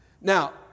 Now